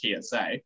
TSA